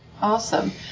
Awesome